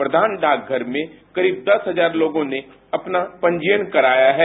प्रधान डाकघर में करीब दस हजार लोगों ने अपना पंजीयन कराया है